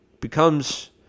becomes